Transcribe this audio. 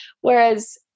Whereas